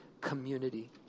community